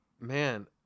man